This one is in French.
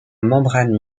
membrane